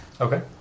Okay